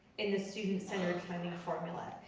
in the student centered funding formula.